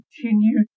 continue